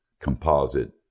composite